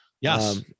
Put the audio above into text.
Yes